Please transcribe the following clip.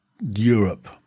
Europe